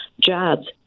Jobs